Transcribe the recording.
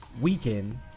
weekend